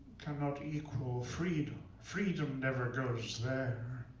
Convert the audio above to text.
cannot equal freedom. freedom never goes there.